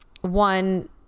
One